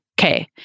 okay